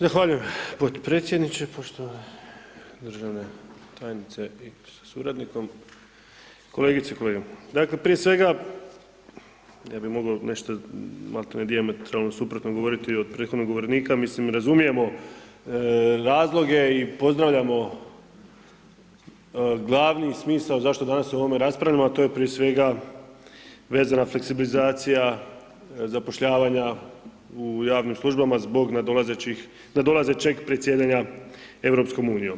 Zahvaljujem podpredsjedniče, poštovana državna tajnice sa suradnikom, kolegice i kolege, dakle prije svega, ja bi mogao nešta malte ne dijametralno suprotno govorit od prethodnog govornika, mislim razumijemo razloge i pozdravljamo glavni smisao zašto danas o ovome raspravljamo, a to je prije svega vezana fleksibilizacija zapošljavanja u javnim službama zbog nadolazećih, nadolazećeg predsjedanja EU.